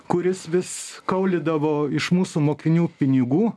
kuris vis kaulydavo iš mūsų mokinių pinigų